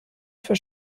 für